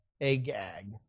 Agag